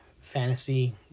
fantasy